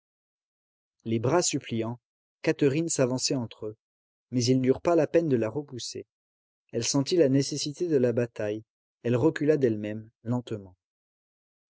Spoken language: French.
les bras suppliants catherine s'avançait entre eux mais ils n'eurent pas la peine de la repousser elle sentit la nécessité de la bataille elle recula d'elle-même lentement